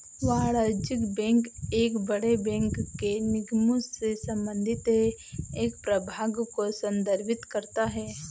वाणिज्यिक बैंक एक बड़े बैंक के निगमों से संबंधित है एक प्रभाग को संदर्भित करता है